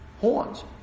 horns